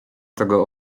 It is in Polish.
tego